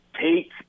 take